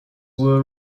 were